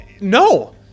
no